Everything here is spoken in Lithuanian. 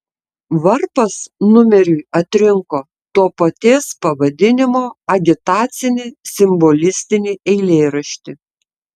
varpas numeriui atrinko to paties pavadinimo agitacinį simbolistinį eilėraštį